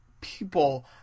...people